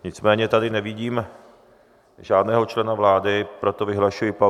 Nicméně tady nevidím žádného člena vlády, proto vyhlašuji pauzu.